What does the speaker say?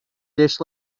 dish